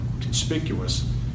conspicuous